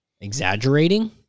exaggerating